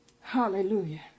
Hallelujah